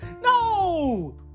No